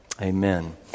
Amen